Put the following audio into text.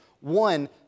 One